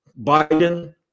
biden